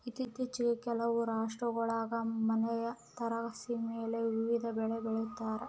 ಇತ್ತೀಚಿಗೆ ಕೆಲವು ರಾಷ್ಟ್ರಗುಳಾಗ ಮನೆಯ ತಾರಸಿಮೇಲೆ ವಿವಿಧ ಬೆಳೆ ಬೆಳಿತಾರ